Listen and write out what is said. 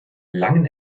langen